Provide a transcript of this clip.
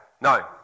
No